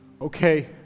okay